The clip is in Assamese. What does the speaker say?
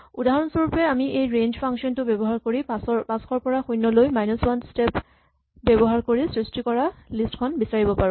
উদাহৰণ স্বৰূপে আমি এই ৰেঞ্জ ফাংচন টো ব্যৱহাৰ কৰি ৫০০ ৰ পৰা ০ লৈ মাইনাচ ৱান স্টেপ ব্যৱহাৰ কৰি সৃষ্টি কৰা লিষ্ট খন বিচাৰিব পাৰো